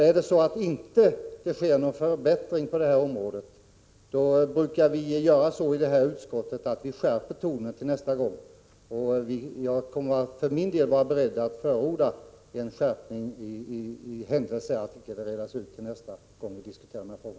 Är det så att det inte sker någon förbättring, brukar vi göra så i detta utskott att vi skärper tonen nästa gång. Jag är för min del beredd att förorda en skärpning i den händelse att problemet inte kan redas ut till nästa gång vi diskuterar denna fråga.